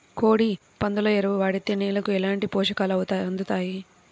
కోడి, పందుల ఎరువు వాడితే నేలకు ఎలాంటి పోషకాలు అందుతాయి